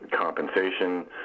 compensation